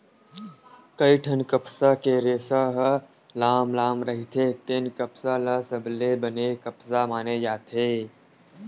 कइठन कपसा के रेसा ह लाम लाम रहिथे तेन कपसा ल सबले बने कपसा माने जाथे